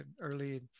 early